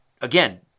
again